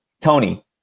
Tony